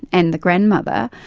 and the grandmother,